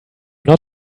not